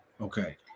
Okay